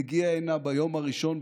הגיע הנה ביום הראשון,